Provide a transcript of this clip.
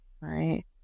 right